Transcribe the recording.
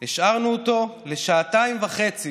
השארנו אותו לשעתיים וחצי